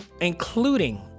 including